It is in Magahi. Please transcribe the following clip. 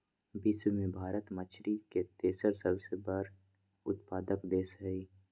विश्व में भारत मछरी के तेसर सबसे बड़ उत्पादक देश हई